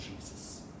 Jesus